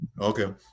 Okay